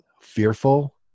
fearful